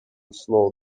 slow